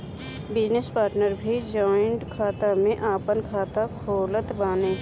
business partner भी joint खाता में आपन खाता खोलत बाने